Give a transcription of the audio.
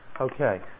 Okay